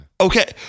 Okay